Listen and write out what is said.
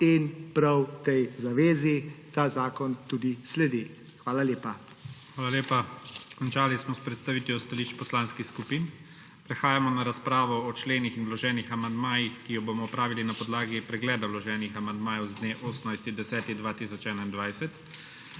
in prav tej zavezi ta zakon tudi sledi. Hvala lepa. **PREDSEDNIK IGOR ZORČIČ:** Hvala lepa. Končali smo s predstavitvijo stališč poslanskih skupin. Prehajamo na razpravo o členih in vloženih amandmajih, ki jo bomo opravili na podlagi pregleda vloženih amandmajev z dne 18. 10. 2021.